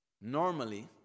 normally